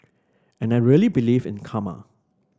and I really believe in karma